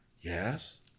Yes